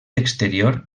exterior